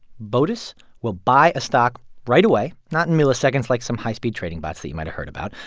botus will buy a stock right away not in milliseconds like some high-speed trading bots that you might've heard about,